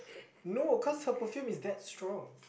no cause her perfume is that strong